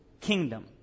kingdom